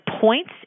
points